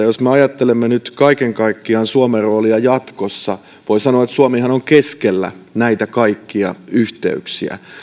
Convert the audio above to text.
jos me ajattelemme nyt kaiken kaikkiaan suomen roolia jatkossa voi sanoa että suomihan on keskellä näitä kaikkia yhteyksiä